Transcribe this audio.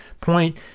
point